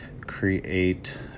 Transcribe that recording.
create